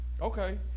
Okay